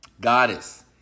Goddess